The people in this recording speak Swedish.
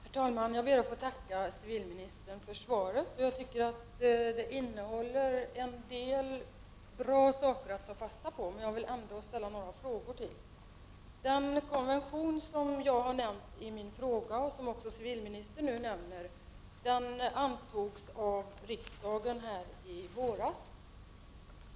Herr talman! Jag ber att få tacka civilministern för svaret. Det innehåller en del bra saker att ta fasta på, men jag vill ändå ställa ytterligare några frågor. Den konvention som jag har nämnt i min fråga och som nu även civilministern nämner antogs av riksdagen i våras.